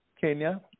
Kenya